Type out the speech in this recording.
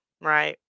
right